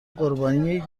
قربانی